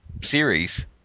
series